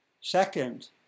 Second